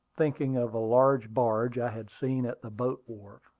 thinking of a large barge i had seen at the boat-wharf.